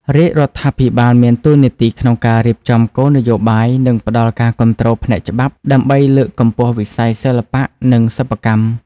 រាជរដ្ឋាភិបាលមានតួនាទីក្នុងការរៀបចំគោលនយោបាយ និងផ្តល់ការគាំទ្រផ្នែកច្បាប់ដើម្បីលើកកម្ពស់វិស័យសិល្បៈនិងសិប្បកម្ម។